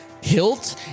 hilt